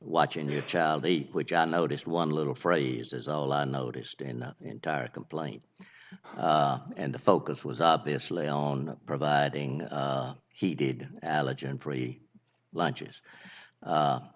watching your child eat which i noticed one little phrases all i noticed in the entire complaint and the focus was obviously on providing heated allergen free lunch